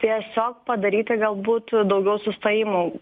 tiesiog padaryti galbūt daugiau sustojimų